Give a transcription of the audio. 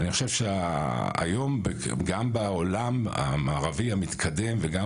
אני חושב שהיום גם בעולם המערבי המתקדם וגם